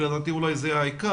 ולפי דעתי אולי זה העיקר,